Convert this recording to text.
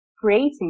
creating